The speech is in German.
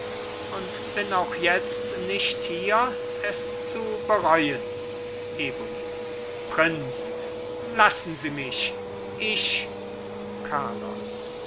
und bin auch jetzt nicht hier es zu bereuen eboli prinz lassen sie mich ich carlos